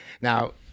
Now